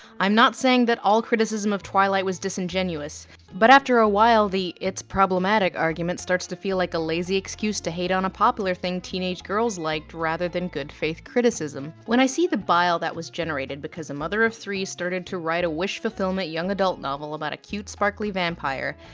i'm not saying that all criticism of twilight was disingenuous but after a while the it's problematic argument starts to feel like a lazy excuse to hate on a popular thing teenage girls liked, rather than good faith criticism. when i see the bile that was generated because a mother of three started to write a wish fulfillment young adult novel about a cute sparkly vampire,